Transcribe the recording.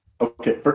okay